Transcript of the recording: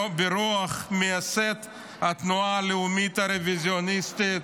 ברוח מייסד התנועה הלאומית הרוויזיוניסטית,